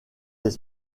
des